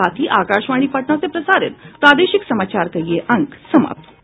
इसके साथ ही आकाशवाणी पटना से प्रसारित प्रादेशिक समाचार का ये अंक समाप्त हुआ